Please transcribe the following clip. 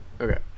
Okay